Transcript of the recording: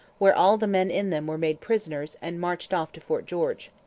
where all the men in them were made prisoners and marched off to fort george.